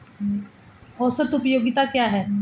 औसत उपयोगिता क्या है?